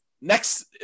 next